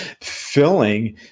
filling